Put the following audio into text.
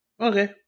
Okay